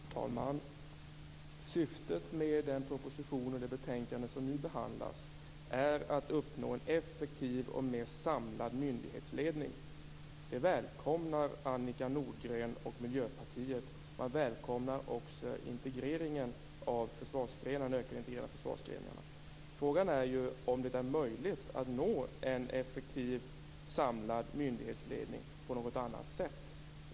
Herr talman! Syftet med propositionen och det betänkande som nu behandlas är att man skall uppnå en effektiv och mer samlad myndighetsledning. Det välkomnar Annika Nordgren och Miljöpartiet. Man välkomnar också en ökad integrering av försvarsgrenarna. Frågan är om det är möjligt att nå en effektiv och samlad myndighetsledning på något annat sätt.